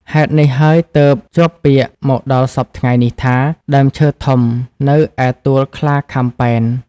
ហេតុនេះហើយទើបជាប់ពាក្យមកដល់សព្វថ្ងៃនេះថា ដើមឈើធំនៅឯទួលខ្លាខាំប៉ែន។